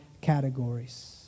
categories